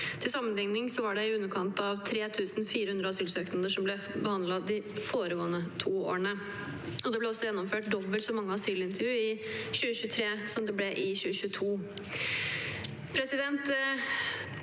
Til sammenligning var det i underkant av 3 400 asylsøknader som ble behandlet de foregående to årene. Det ble også gjennomført dobbelt så mange asylintervjuer i 2023 som i 2022.